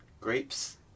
grapes